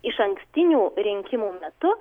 išankstinių rinkimų metu